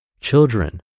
children